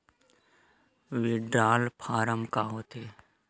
Withdrawal form का होथे?